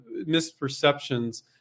misperceptions